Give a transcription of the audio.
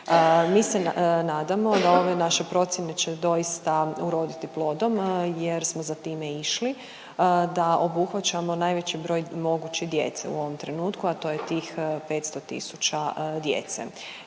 Mi se nadamo da ove naše procjene će doista uroditi plodom jer smo za time i išli da obuhvaćamo najveći broj mogući djece u ovom trenutku, a to je tih 500 tisuća djece.